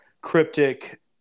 cryptic